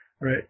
Right